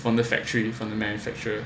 from the factory from the manufacturer